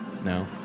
No